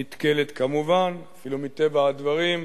והיא נתקלת כמובן, אפילו מטבע הדברים,